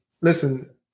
listen